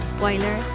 Spoiler